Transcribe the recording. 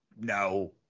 No